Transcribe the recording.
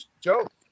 joke